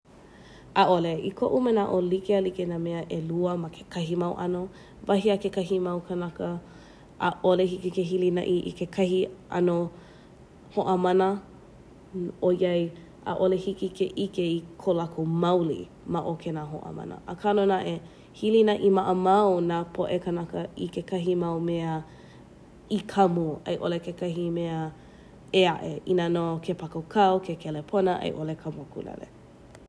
ʻAʻole, i koʻu manaʻo like a like nā mea ʻelua ma kekahi mau ʻano wahi a kekahi mau kanakaʻ ʻaʻole hiki ke hilinaʻi i kekahi hoʻa mana ʻoiai ʻaʻole hiki ke ʻike ko lākou maoli maʻo kēnā hoʻano mana akā nā hilinaʻi maʻamau nā poʻe kanaka i kekahi mau mea i kamu ʻaiʻole ke kahi mea eaʻe i nā no ke pākaukau, ke kelepona, aiʻole ka mokulele.